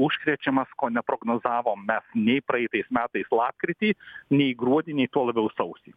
užkrečiamas ko neprognozavom mes nei praeitais metais lapkritį nei gruodį nei tuo labiau sausį